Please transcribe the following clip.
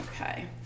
Okay